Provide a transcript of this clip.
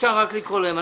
אפשר לקרוא להם.